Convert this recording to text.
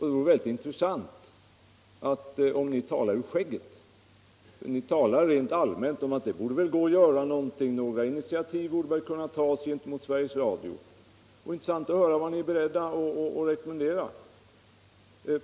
Det vore väldigt intressant om ni talade ur skägget. Ni talar rent allmänt om att det väl borde gå att göra någonting — några initiativ borde väl kunna tas gentemot Sveriges Radio. Det vore intressant att höra vad ni är beredda att rekommendera.